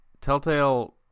Telltale